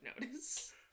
notice